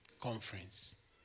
Conference